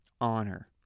honor